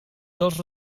dels